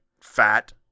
fat